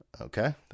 Okay